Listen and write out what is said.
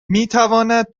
میتواند